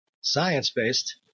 science-based